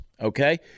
Okay